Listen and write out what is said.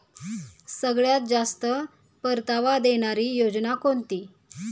सगळ्यात जास्त परतावा देणारी योजना कोणती?